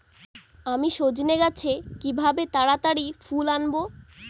আমি সজনে গাছে কিভাবে তাড়াতাড়ি ফুল আনব?